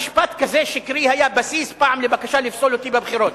משפט כזה שקרי היה בסיס פעם לבקשה לפסול אותי בבחירות,